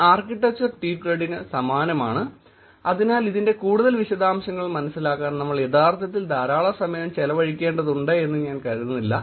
ഈ architecture tweet ക്രെഡിന് സമാനമാണ്അതിനാൽ ഇതിന്റെ കൂടുതൽ വിശദാംശങ്ങൾ മനസിലാക്കാൻ നമ്മൾ യഥാർത്ഥത്തിൽ ധാരാളം സമയം ചെലവഴിക്കേണ്ടതുണ്ടെന്ന് ഞാൻ കരുതുന്നില്ല